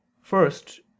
first